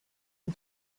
and